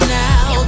now